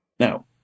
Now